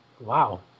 wow